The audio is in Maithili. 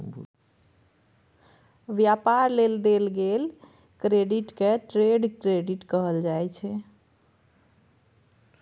व्यापार लेल देल गेल क्रेडिट के ट्रेड क्रेडिट कहल जाइ छै